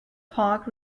park